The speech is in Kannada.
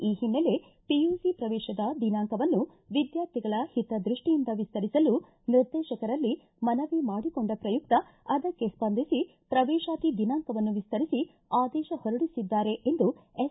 ಈ ಹಿನ್ನೆಲೆ ಪಿಯುಸಿ ಪ್ರವೇಶದ ದಿನಾಂಕವನ್ನು ವಿದ್ಯಾರ್ಥಿಗಳ ಹಿತದೃಷ್ಟಿಯಿಂದ ವಿಸ್ತರಿಸಲು ನಿರ್ದೇಶಕರಲ್ಲಿ ಮನವಿ ಮಾಡಿಕೊಂಡ ಪ್ರಯುಕ್ತ ಅದಕ್ಕೆ ಸ್ವಂದಿಸಿ ಪ್ರವೇಶಾತಿ ದಿನಾಂಕವನ್ನು ವಿಸ್ತರಿಸಿ ಆದೇಶ ಹೊರಡಿಸಿದ್ದಾರೆ ಎಂದು ಎಸ್